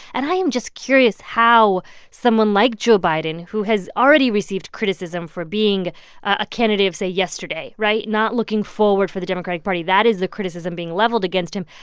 and i am just curious how someone like joe biden, who has already received criticism for being a kennedy of, say, yesterday right? not looking forward for the democratic party. that is the criticism being leveled against him.